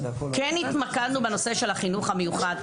כן התמקדנו בנושא של החינוך המיוחד.